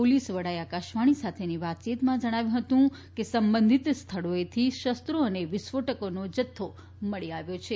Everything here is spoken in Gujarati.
પોલીસ વડાએ આકાશવાણી સાથેની વાતચીતમાં જણાવ્યું હતું કે સંબંધિત સ્થળોએ શસ્ત્રો તથા વિસ્ફોટકોનો જથ્થો મળી આવ્યો છે